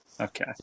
Okay